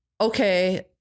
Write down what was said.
okay